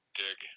dig